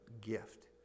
gift